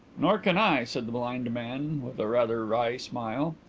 nor can i, said the blind man, with a rather wry smile.